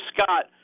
scott